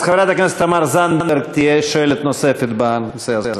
אז חברת הכנסת תמר זנדברג תהיה שואלת נוספת בנושא הזה.